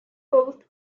both